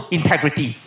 integrity